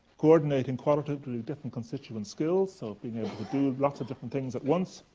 coordinating qualitatively different constituent skills, so being able to do lots of different things at once.